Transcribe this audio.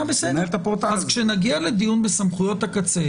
כשנגיע לדיון בסמכויות הקצה